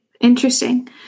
Interesting